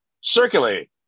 circulate